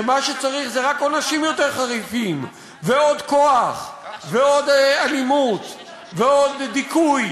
שמה שצריך זה רק עונשים יותר חריפים ועוד כוח ועוד אלימות ועוד דיכוי,